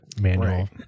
manual